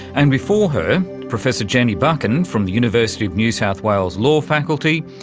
and before her, professor jenny buchan from the university of new south wales law faculty,